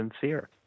sincere